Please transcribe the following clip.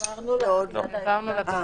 העברנו לוועדה.